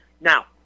Now